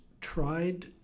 tried